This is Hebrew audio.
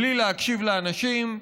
בלי להקשיב לאנשים,